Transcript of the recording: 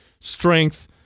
strength